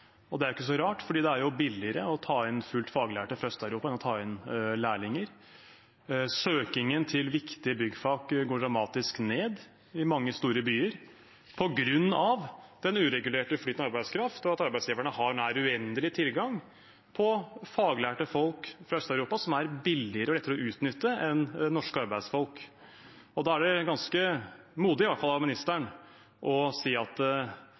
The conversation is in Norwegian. Det er ikke så rart, for det er jo billigere å ta inn fullt faglærte fra Øst-Europa enn å ta inn lærlinger. Søkingen til viktige byggfag går dramatisk ned i mange store byer på grunn av den uregulerte flyten i arbeidskraft og at arbeidsgiverne har nær uendelig tilgang på faglærte folk fra Øst-Europa som er billigere og lettere å utnytte enn norske arbeidsfolk. Det er i hvert fall ganske modig av ministeren å si at